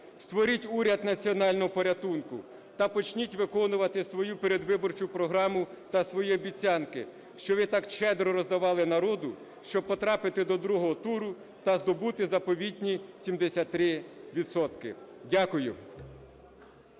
Створіть уряд національного порятунку та почніть виконувати свою передвиборчу програму та свої обіцянки, що ви так щедро роздавали народу, щоб потрапити до другого туру та здобути заповітні 73